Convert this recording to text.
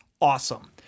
awesome